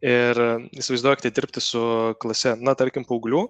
ir įsivaizduokite dirbti su klase na tarkim paauglių